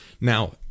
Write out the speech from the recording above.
Now